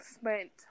spent